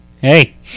hey